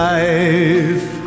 life